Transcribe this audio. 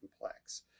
complex